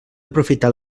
aprofitar